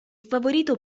favorito